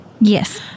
Yes